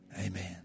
Amen